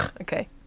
Okay